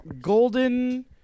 golden